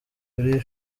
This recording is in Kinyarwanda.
kuri